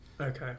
Okay